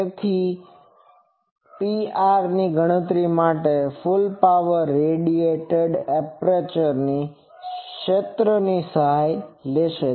તેથી તેથી જ Pr ની ગણતરી માટે કુલ પાવર રેડિએટર એપ્રેચર ક્ષેત્રની સહાય લેશે